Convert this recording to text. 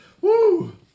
Woo